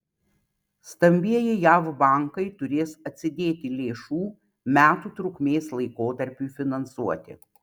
stambieji jav bankai turės atsidėti lėšų metų trukmės laikotarpiui finansuoti